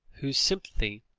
whose sympathy,